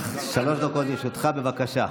שלוש דקות לרשותך, בבקשה.